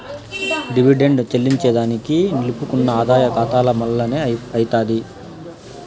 dividend చెల్లింజేదానికి నిలుపుకున్న ఆదాయ కాతాల మల్లనే అయ్యితాది